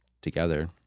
together